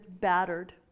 battered